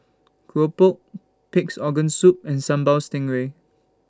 Keropok Pig'S Organ Soup and Sambal Stingray